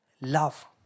love